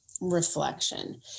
reflection